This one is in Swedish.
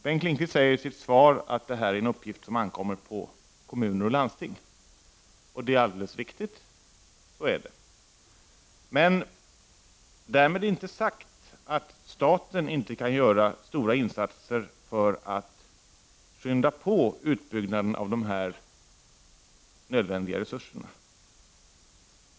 Bengt Lindqvist säger i sitt svar att detta är en uppgift som ankommer på kommuner och landsting. Det är alldeles riktigt. Men därmed är det inte sagt att staten inte kan göra stora insatser för att skynda på utbyggnaden av dessa nödvändiga resurser.